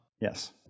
Yes